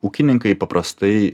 ūkininkai paprastai